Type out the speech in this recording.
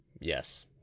Yes